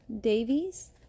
Davies